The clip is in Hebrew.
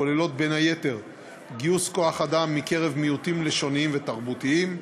הכוללות בין היתר גיוס כוח-אדם מקרב מיעוטים לשוניים ותרבותיים,